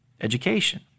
education